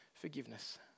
forgiveness